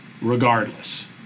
regardless